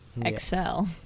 Excel